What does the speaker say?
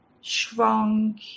strong